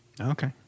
Okay